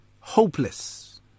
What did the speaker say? hopeless